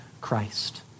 Christ